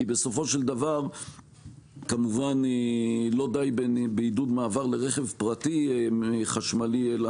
כי בסופו של דבר כמובן שלא די בעידוד מעבר לרכב פרטי חשמלי אלא